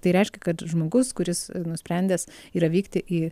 tai reiškia kad žmogus kuris nusprendęs yra vykti į